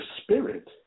spirit